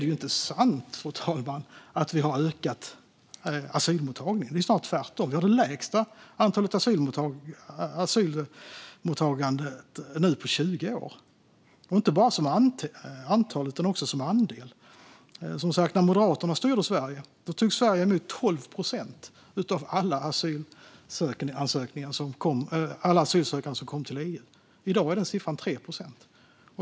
Det är inte sant att vi har ökat asylmottagningen - snarare tvärtom. Sverige har nu det lägsta asylmottagandet på 20 år, inte bara som antal utan också som andel. När Moderaterna styrde Sverige tog Sverige som sagt emot 12 procent av alla asylsökande som kom till EU. I dag tar vi emot 3 procent.